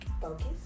Focus